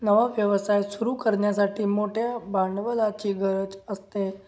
नवा व्यवसाय सुरू करण्यासाठी मोठ्या भांडवलाची गरज असते